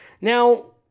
Now